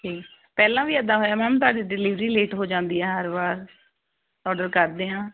ਜੀ ਪਹਿਲਾਂ ਵੀ ਇਦਾਂ ਹੋਇਆ ਮੈਮ ਤੁਹਾਡੇ ਡਿਲੀਵਰੀ ਲੇਟ ਹੋ ਜਾਂਦੀ ਆ ਹਰ ਵਾਰ ਆਰਡਰ ਕਰਦੇ ਆਂ